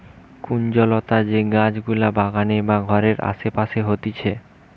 কুঞ্জলতা যে গাছ গুলা বাগানে বা ঘরের আসে পাশে হতিছে